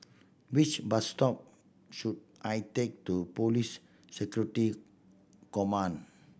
which bus stop should I take to Police Security Command